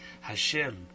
Hashem